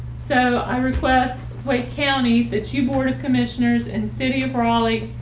so i request wake county that you board of commissioners and city of raleigh,